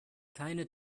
keine